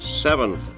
seventh